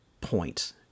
point